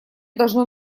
должно